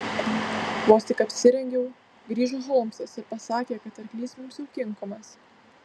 vos tik apsirengiau grįžo holmsas ir pasakė kad arklys mums jau kinkomas